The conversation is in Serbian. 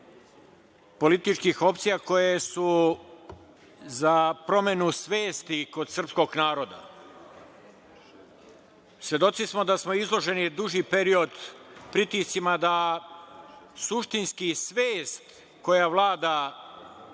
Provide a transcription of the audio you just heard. političkih opcija koje su za promenu svesti kod srpskog naroda. Svedoci smo da smo izloženi duži period pritiscima da suštinski svest koja vlada